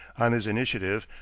on his initiative,